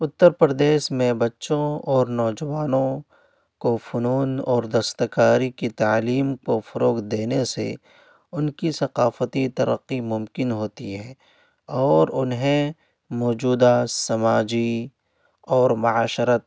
اتر پردیش میں بچوں اور نوجوانوں کو فنون اور دستکاری کی تعلیم کو فروغ دینے سے ان کی ثقافتی ترقی ممکن ہوتی ہے اور انہیں موجودہ سماجی اور معاشرت